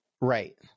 Right